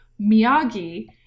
Miyagi